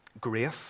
grace